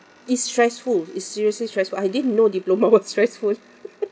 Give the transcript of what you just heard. it's stressful it's seriously stressful I didn't know diploma was stressful